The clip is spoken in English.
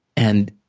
and,